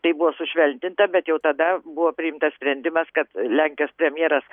tai buvo sušveltinta bet jau tada buvo priimtas sprendimas kad lenkijos premjeras